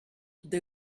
they